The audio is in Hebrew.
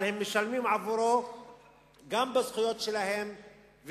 אבל הם משלמים עבורו גם בזכויות שלהם,